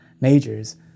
majors